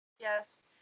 yes